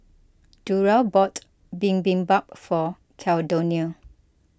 Durrell bought Bibimbap for Caldonia